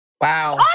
Wow